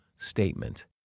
statement